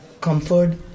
comfort